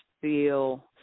feel